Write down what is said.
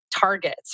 targets